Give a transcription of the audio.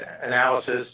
analysis